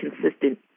consistent